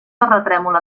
terratrèmol